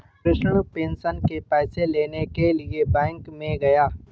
Krishna pension के पैसे लेने के लिए बैंक में गया